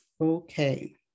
Okay